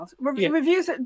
Reviews